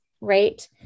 Right